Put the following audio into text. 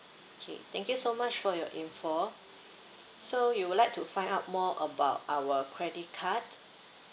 okay thank you so much for your info so you would like to find out more about our credit card